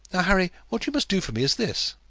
now, harry, what you must do for me is this.